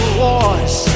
wars